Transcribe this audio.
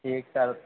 ठीक सर